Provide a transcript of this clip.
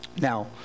Now